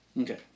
Okay